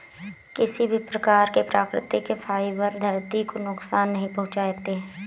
किसी भी प्रकार के प्राकृतिक फ़ाइबर धरती को नुकसान नहीं पहुंचाते